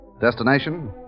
Destination